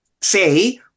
say